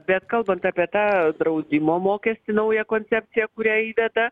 bet kalbant apie tą draudimo mokestį naują koncepciją kurią įveda